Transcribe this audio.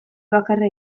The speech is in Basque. bakarra